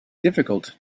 difficult